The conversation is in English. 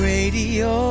Radio